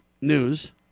News